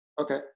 Okay